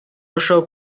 arushaho